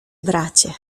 bracie